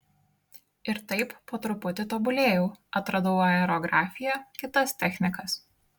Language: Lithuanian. ir taip po truputį tobulėjau atradau aerografiją kitas technikas